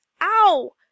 OW